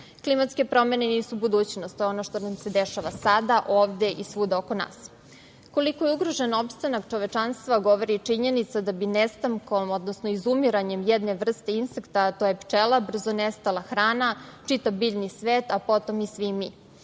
Klimatske promene nisu budućnost, to je ono što nam se dešava sada, ovde i svuda oko nas. Koliko je ugrožen opstanak čovečanstva govori i činjenica da bi nestankom, odnosno izumiranjem jedne vrste insekta, a to je pčela, brzo nestala hrana, čitav biljni svet, a potom i svi mi.